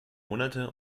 monate